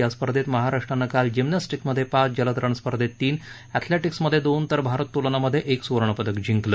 या स्पर्धेत महाराष्ट्रानं काल जिमनॅस्टिक्समधे पाच जलतरण स्पर्धेत तीन अॅथलेटिक्समधे दोन तर भारोत्तोलनमधे एक सुवर्णपदकं जिंकलं